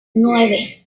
nueve